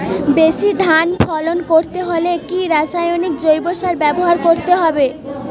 বেশি ধান ফলন করতে হলে কি রাসায়নিক জৈব সার ব্যবহার করতে হবে?